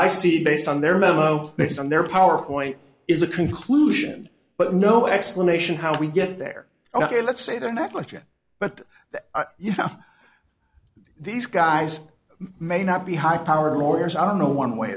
see based on their memo based on their powerpoint is a conclusion but no explanation how we get there ok let's say they're not life yet but you know these guys may not be high powered lawyers on a one way